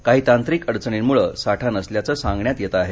काही तांत्रिक अडचणींमुळे साठा नसल्याचं सांगण्यात येत आहे